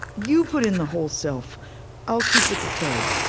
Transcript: you put in the whole self i'll keep with the toe.